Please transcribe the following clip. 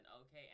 okay